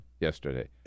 yesterday